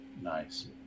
Nice